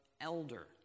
elder